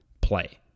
play